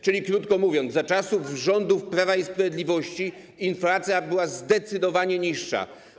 Czyli, krótko mówiąc, za czasów rządów Prawa i Sprawiedliwości inflacja była zdecydowanie niższa.